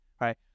Right